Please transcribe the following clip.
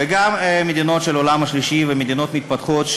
וגם מדינות עולם שלישי ומדינות מתפתחות,